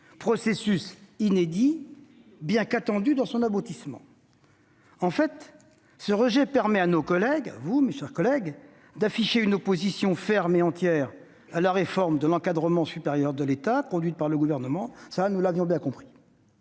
processus est inédit, bien qu'il soit attendu dans son aboutissement. En fait, ce rejet vous permet, mes chers collègues, d'afficher une opposition ferme et entière à la réforme de l'encadrement supérieur de l'État conduite par le Gouvernement. Cela, nous l'avons bien compris.